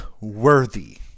worthy